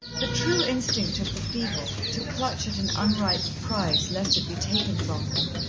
the true instinct of the feeble, to clutch at an unripe prize lest it be taken from them,